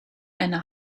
eine